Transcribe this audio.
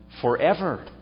forever